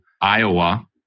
Iowa